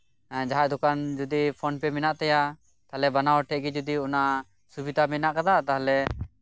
ᱮᱸ ᱡᱟᱦᱟᱸᱭ ᱫᱚᱠᱟᱱ ᱡᱩᱫᱤ ᱯᱷᱳᱱ ᱯᱮ ᱢᱮᱱᱟᱜ ᱛᱟᱭᱟ ᱛᱟᱞᱦᱮ ᱵᱟᱱᱟ ᱦᱚᱲ ᱴᱷᱮᱡ ᱜᱮ ᱡᱩᱫᱤ ᱚᱱᱟ ᱥᱩᱵᱤᱫᱟ ᱢᱮᱱᱟᱜ ᱠᱟᱫᱟ ᱛᱟᱞᱦᱮ